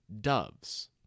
doves